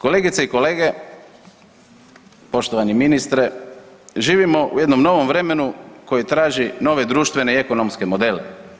Kolegice i kolege, poštovani ministre živimo u jednom novom vremenu koje traži nove društvene i ekonomske modele.